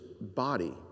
body